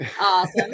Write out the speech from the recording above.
awesome